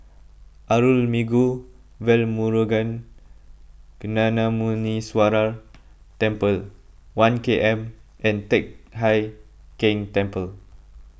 Arulmigu Velmurugan Gnanamuneeswarar Temple one K M and Teck Hai Keng Temple